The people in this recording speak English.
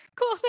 cool